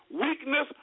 weakness